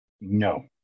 No